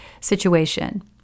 situation